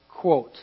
Quote